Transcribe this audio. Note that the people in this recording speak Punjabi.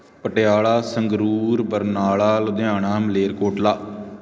ਪਟਿਆਲਾ ਸੰਗਰੂਰ ਬਰਨਾਲਾ ਲੁਧਿਆਣਾ ਮਲੇਰਕੋਟਲਾ